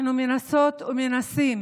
אנחנו מנסות ומנסים,